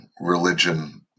religion